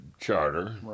charter